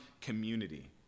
community